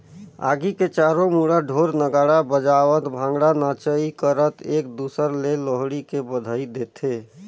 आगी के चारों मुड़ा ढोर नगाड़ा बजावत भांगडा नाचई करत एक दूसर ले लोहड़ी के बधई देथे